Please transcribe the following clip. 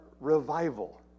revival